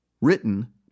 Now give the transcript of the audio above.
Written